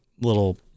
little